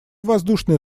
воздушное